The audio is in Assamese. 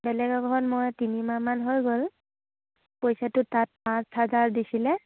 বেলেগ এঘৰত মই তিনিমাহমান হৈ গ'ল পইছাটো তাত পাঁচ হাজাৰ দিছিলে